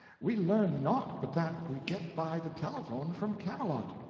we learn naught but that we get by the telephone from camelot.